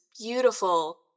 beautiful